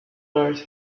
earth